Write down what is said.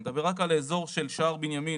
אני מדבר רק על האזור של שער בנימין.